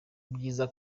ibyiza